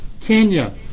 Kenya